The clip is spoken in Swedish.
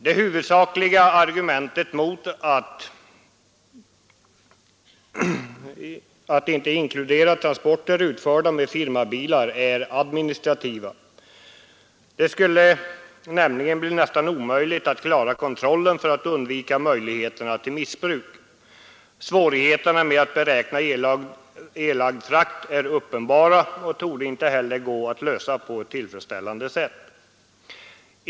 Det huvudsakliga argumentet mot att inte inkludera transporter utförda med firmabilar är av administrativ art. Det skulle nämligen bli nästan omöjligt att klara kontrollen för att undvika möjligheterna till missbruk. Svårigheterna att beräkna erlagd frakt är uppenbara, och problemet torde inte heller gå att lösa på ett tillfredsställande sätt.